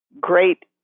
great